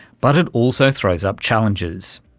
but it also throws up challenges.